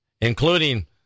including